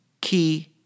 key